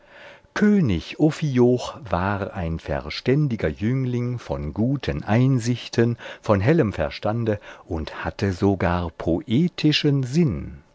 könig ophioch war ein verständiger jüngling von guten einsichten von hellem verstande und hatte sogar poetischen sinn